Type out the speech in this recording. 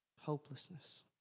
hopelessness